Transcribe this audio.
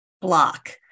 block